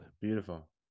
Beautiful